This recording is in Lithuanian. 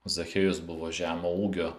zachiejus buvo žemo ūgio